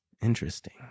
Interesting